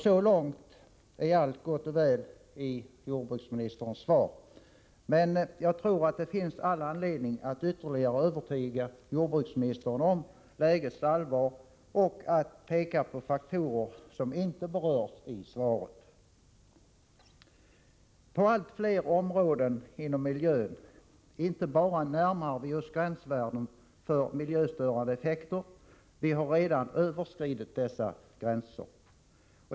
Så långt är allt gott och väl i jordbruksministerns svar, men jag tror att det finns all anledning att ytterligare övertyga jordbruksministern om lägets allvar och att peka på faktorer som inte berörs i svaret. På allt fler områden i miljön inte bara närmar vi oss gränsvärden för miljöstörande effekter — utan vi har redan överskridit dessa gränser.